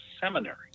seminary